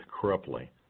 corruptly